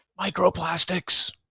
microplastics